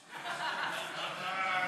צא החוצה מייד.